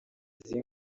izi